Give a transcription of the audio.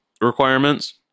requirements